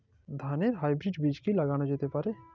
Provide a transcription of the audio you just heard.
ধানের হাইব্রীড বীজ কি লাগানো যেতে পারে?